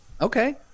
Okay